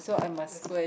that's a